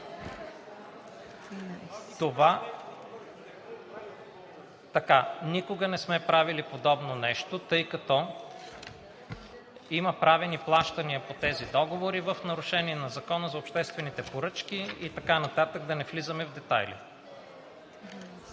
сезон. Никога не сме правили подобно нещо, тъй като има правени плащания по тези договори в нарушение на договора за обществените поръчки и така нататък – да не влизаме в детайли.